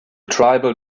tribal